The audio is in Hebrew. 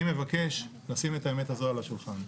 אני מבקש לשים את האמת הזו על השולחן.